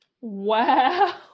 Wow